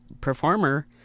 performer